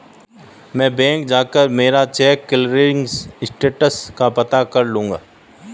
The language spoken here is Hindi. मैं बैंक जाकर मेरा चेक क्लियरिंग स्टेटस का पता कर लूँगा